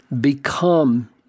become